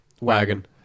wagon